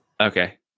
Okay